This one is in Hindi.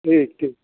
ठीक ठीक